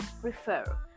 prefer